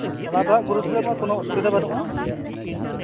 ᱚᱱᱟ ᱫᱚ ᱦᱟᱜ ᱜᱩᱨᱩᱛᱚ ᱞᱮ ᱮᱢᱟᱜᱼᱟ ᱠᱳᱱᱳ ᱚᱥᱩᱵᱤᱫᱟ ᱵᱟᱹᱱᱩᱜᱼᱟ